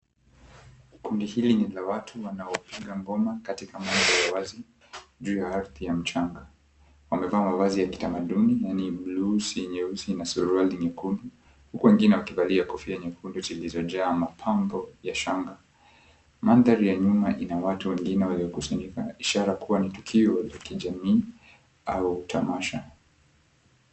Kundi hili ni la watu wanaopiga ngoma katikati mandhari wazi juu ya ardhi ya mchanga. Wamevaa mavazi ya kitamaduni yani blusi nyeusi na suruali nyekundu huku wengine wakivalia kofia nyekundu zilizo jaa mapambo ya shanga. Mandhari ya nyuma ina watu wengine waliokusanyika ishara kua ni tukio la kijamii au tamasha.